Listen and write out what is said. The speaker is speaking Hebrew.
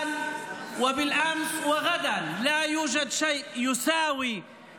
( ואת פתרון הסכסוך הערבי ישראלי, )